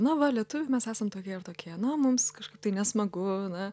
na va lietuviai mes esam tokie ir tokie na mums kažkaip tai nesmagu na